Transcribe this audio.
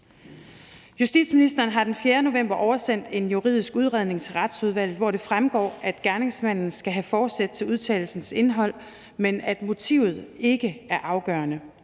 Justitsministeren har den 4. november oversendt en juridisk udredning til Retsudvalget, hvoraf det fremgår, at gerningsmanden skal have forsæt til udtalelsens indhold, men at motivet ikke er afgørende,